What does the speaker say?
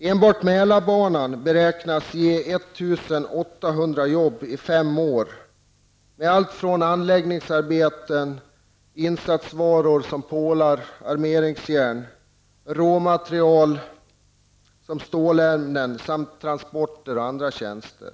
Enbart Mälarbanan beräknas ge 1 800 jobb i 5 år och allt från anläggningsarbete, insatsvaror som pålar och armeringsjärn, råmaterial som stålämnen samt transporter och andra tjänster.